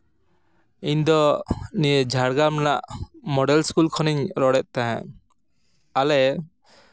ᱤᱧᱫᱚ ᱱᱤᱭᱟᱹ ᱡᱷᱟᱲᱜᱨᱟᱢ ᱨᱮᱱᱟᱜ ᱢᱚᱰᱮᱞ ᱤᱥᱠᱩᱞ ᱠᱷᱚᱱᱤᱧ ᱨᱚᱲᱮᱫ ᱛᱟᱦᱮᱸᱜ ᱟᱞᱮ